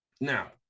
now